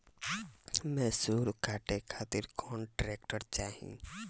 मैसूर काटे खातिर कौन ट्रैक्टर चाहीं?